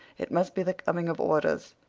it must be the coming of orders.